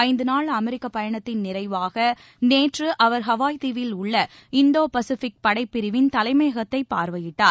ஐந்துநாள் அமெரிக்கப் பயணத்தின் நிறைவாகநேற்றுஅவர் ஹவாய் தீவில் உள்ள இந்தோ பசிபிக் படைப் பிரிவின் தலைமையகத்தைப் பார்வையிட்டார்